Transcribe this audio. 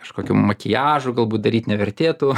kažkokių makiažų galbūt daryt nevertėtų